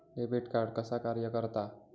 Debit card कसा कार्य करता?